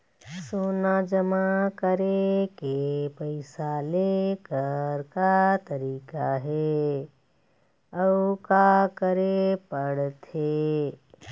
सोना जमा करके पैसा लेकर का तरीका हे अउ का करे पड़थे?